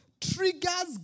triggers